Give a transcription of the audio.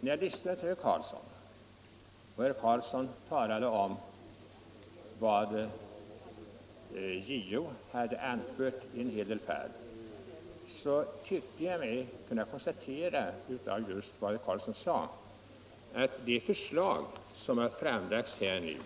När herr Carlsson talade om vad JO anfört i en hel del fall tyckte jag mig därav kunna konstatera att det förslag som nu framlagts om